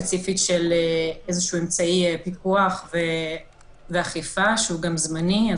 ספציפית של אמצעי פיקוח ואכיפה שהוא זמני.